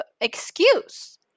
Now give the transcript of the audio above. excuse